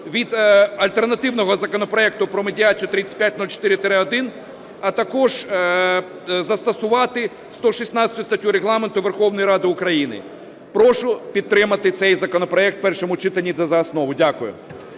від альтернативного законопроекту про медіацію (3504-1), а також застосувати 116 статтю Регламенту Верховної Ради України. Прошу підтримати цей законопроект в першому читанні та за основу. Дякую.